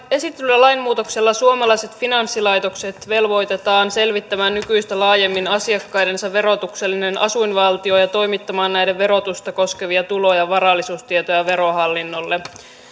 esitetyllä lainmuutoksella suomalaiset finanssilaitokset velvoitetaan selvittämään nykyistä laajemmin asiakkaidensa verotuksellinen asuinvaltio ja toimittamaan näiden verotusta koskevia tulo ja varallisuustietoja verohallinnolle